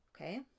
Okay